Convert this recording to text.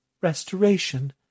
Restoration